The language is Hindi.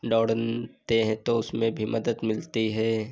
दौड़ ते हैं तो उसमें भी मदद मिलती है